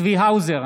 צבי האוזר,